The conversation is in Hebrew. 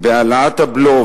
בהעלאת הבלו,